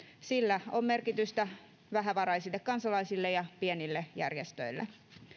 sillä on merkitystä vähävaraisille kansalaisille ja pienille järjestöille